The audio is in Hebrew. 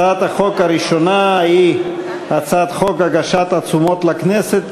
הצעת החוק הראשונה היא הצעת חוק הגשת עצומות לכנסת,